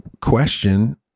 question